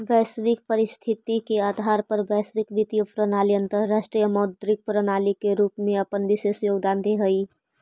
वैश्विक परिस्थिति के आधार पर वैश्विक वित्तीय प्रणाली अंतरराष्ट्रीय मौद्रिक प्रणाली के रूप में अपन विशेष योगदान देऽ हई